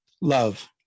love